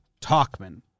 Talkman